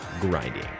grinding